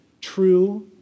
true